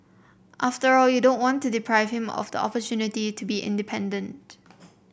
after all you don't want to deprive him of the opportunity to be independent